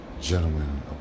gentlemen